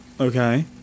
Okay